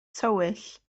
tywyll